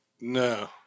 No